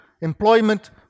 employment